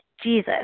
Jesus